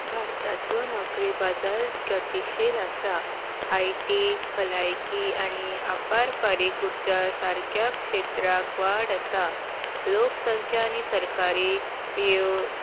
भारताचो नोकरी बाजार गतीशील आसा आय टी भलायकी आनी आपारपारी उर्जा सारक्या क्षेत्राक वाड आसा लोकसंख्या आनी सरकारी यो